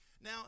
Now